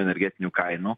energetinių kainų